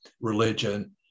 religion